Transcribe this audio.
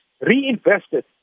reinvested